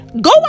Go